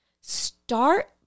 Start